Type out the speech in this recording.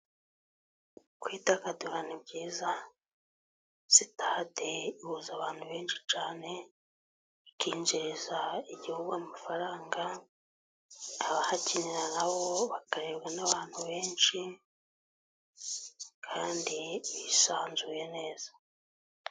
Kwidagadura ni byiza, sitade ihuza abantu benshi cyane ikinjiriza igihugu amafaranga, abahakinira na bo bakarebwa n'abantu benshi kandi bisanzuye neza.